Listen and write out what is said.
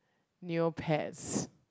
Neopets